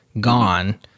gone